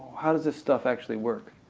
how does this stuff actually work?